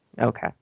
Okay